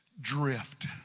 drift